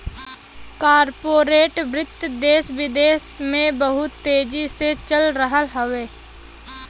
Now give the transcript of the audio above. corporate वित्त देस विदेस में बहुत तेजी से चल रहल हउवे